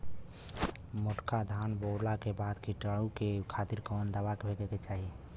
मोटका धान बोवला के बाद कीटाणु के खातिर कवन दावा फेके के चाही?